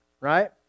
right